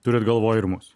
turit galvoj ir mus